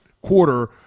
quarter